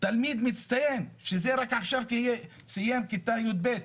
תלמיד מצטיין שרק עכשיו סיים כיתה י"ב.